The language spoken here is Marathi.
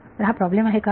तर हा प्रॉब्लेम आहे का